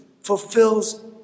fulfills